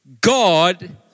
God